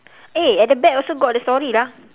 eh at the back also got the story lah